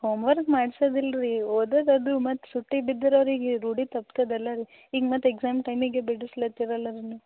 home work ಮಾಡ್ಸೋದು ಇಲ್ಲರಿ ಓದೋದು ಅದು ಮತ್ತು ಸುತ್ತಿ ಬಿದ್ರೆ ಅವರಿಗೆ ರೂಢಿ ತಪ್ತದೆ ಅಲ್ಲ ರೀ ಈಗ ಮತ್ತೆ ಎಕ್ಸಾಮ್ ಟೈಮಿಗೆ ಬಿಡಿಸ್ಲತ್ತೀರಲ್ಲ ನೀವು